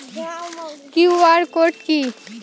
QR code কি?